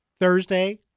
Thursday